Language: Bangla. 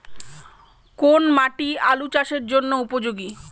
কোন মাটি আলু চাষের জন্যে উপযোগী?